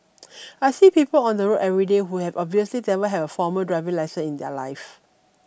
I see people on the road everyday who have obviously never have a formal driving lesson in their life